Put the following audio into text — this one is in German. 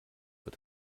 wird